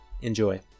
Enjoy